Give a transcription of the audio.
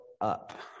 up